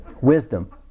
wisdom